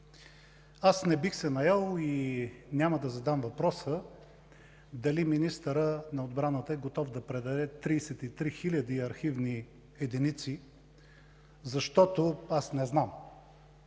Аз не бих се наел и няма да задам въпроса дали министърът на отбраната е готов да предаде 33 хиляди архивни единици, защото не знам